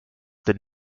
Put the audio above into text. did